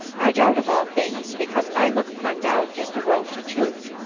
i doubt of all things, because i look upon doubt as the road to truth,